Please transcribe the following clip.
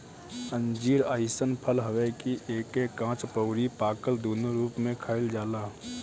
अंजीर अइसन फल हवे कि एके काच अउरी पाकल दूनो रूप में खाइल जाला